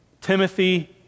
Timothy